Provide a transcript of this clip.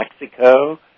Mexico